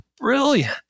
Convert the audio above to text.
Brilliant